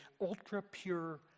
ultra-pure